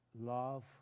love